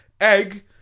Egg